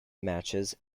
matches